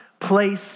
place